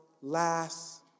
last